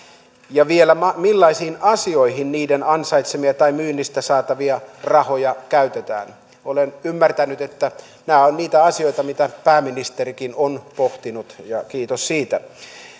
ja vielä millaisiin asioihin niiden ansaitsemia tai niiden myynnistä saatavia rahoja käytetään olen ymmärtänyt että nämä ovat niitä asioita mitä pääministerikin on pohtinut ja kiitos siitä